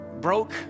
Broke